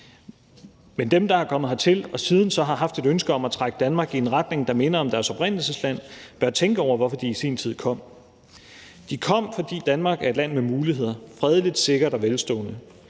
Men dem, der er kommet hertil og siden har haft et ønske om at trække Danmark i en retning, der minder om deres oprindelsesland, bør tænke over, hvorfor de i sin tid kom. De kom, fordi Danmark er et land med muligheder – fredeligt, sikkert og velstående